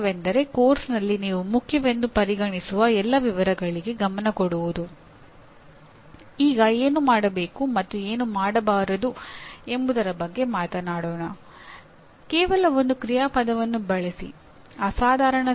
ಅಂದರೆ ಶಿಕ್ಷಕರು ಮತ್ತು ವಿದ್ಯಾರ್ಥಿ ಇಬ್ಬರೂ ಚಟುವಟಿಕೆಗಳಲ್ಲಿ ಪಾಲ್ಗೊಳ್ಳಬೇಕು ಮತ್ತು ಅದು ಕೇವಲ ಕೇಳುವ ಅಥವಾ ಮಾತನಾಡುವಂತಹ ಒಂದು ಚಟುವಟಿಕೆಯಾಗಿರಬಾರದು